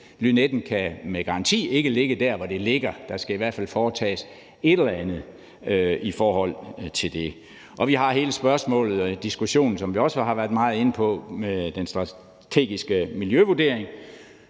Lynetten kan med garanti ikke ligge der, hvor det ligger nu. Der skal i hvert fald foretages et eller andet i forhold til det. Vi har hele spørgsmålet og diskussionen, som vi også har været meget inde på, om den strategiske miljøvurdering.